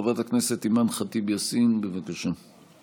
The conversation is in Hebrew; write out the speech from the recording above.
חברת הכנסת אימאן ח'טיב יאסין, בבקשה.